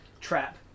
trap